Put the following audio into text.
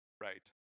Right